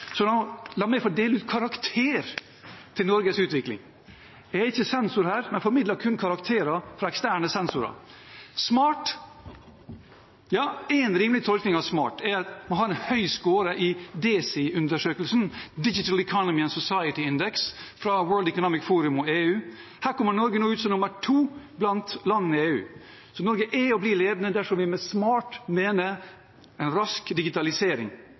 Så la meg få dele ut karakter til Norges utvikling. Jeg er ikke sensor her, jeg formidler kun karakterer fra eksterne sensorer. «Smart»: En rimelig tolkning av «smart» er at man har en høy score i DESI-undersøkelsen, Digital Economy and Society Index fra The World Economic Forum og EU. Her kommer Norge nå ut som land nummer to blant landene i Europa. Så Norge er og blir ledende dersom vi med «smart» mener en rask digitalisering.